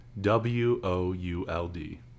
w-o-u-l-d